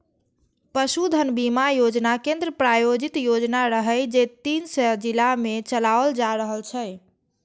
पशुधन बीमा योजना केंद्र प्रायोजित योजना रहै, जे तीन सय जिला मे चलाओल जा रहल छै